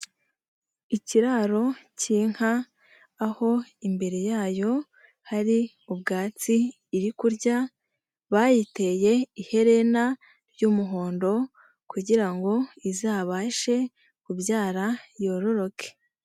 Ikiraro k'inka aho imbere yayo hari ubwatsi irikurya, bayiteye iherena ry'umuhondo kugira ngo izabashe kubyara yororoke.